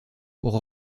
pour